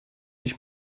ich